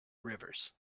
rivers